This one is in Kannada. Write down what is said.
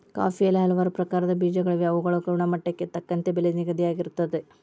ಕಾಫಿಯಲ್ಲಿ ಹಲವಾರು ಪ್ರಕಾರದ ಬೇಜಗಳಿವೆ ಅವುಗಳ ಗುಣಮಟ್ಟಕ್ಕೆ ತಕ್ಕಂತೆ ಬೆಲೆ ನಿಗದಿಯಾಗಿರುತ್ತದೆ